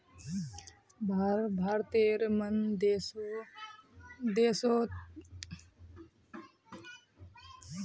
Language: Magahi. भारतेर मन देशोंत बहुतला मामला उत्पादनेर लागतक ही देखछो